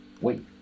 Wait